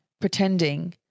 pretending